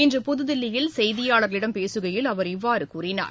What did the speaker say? இன்று புதுதில்லியில் செய்தியாளர்களிடம் பேசுகையில் அவர் இவ்வாறு கூறினார்